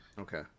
Okay